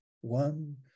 one